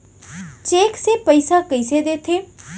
Cheque से पइसा कइसे देथे?